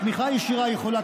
התמיכה הישירה יכולה,